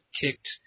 kicked